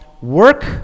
work